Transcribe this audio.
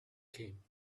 came